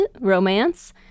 romance